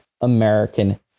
American